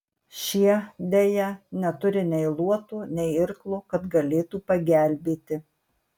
šie deja neturi nei luoto nei irklo kad galėtų pagelbėti